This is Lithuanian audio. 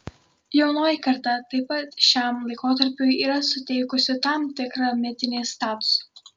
jaunoji karta taip pat šiam laikotarpiui yra suteikusi tam tikrą mitinį statusą